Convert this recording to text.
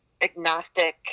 agnostic